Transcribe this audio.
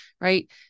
right